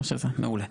מעולה.